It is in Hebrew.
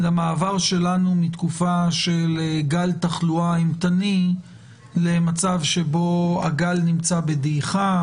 למעבר שלנו מתקופה של גל תחלואה אימתני למצב שבו הגל נמצא בדעיכה.